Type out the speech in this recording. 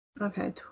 Okay